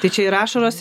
tai čia yra ašaros